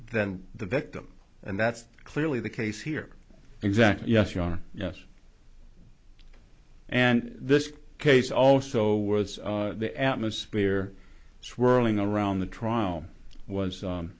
than the victim and that's clearly the case here exactly yes you are yes and this case also was the atmosphere swirling around the trial was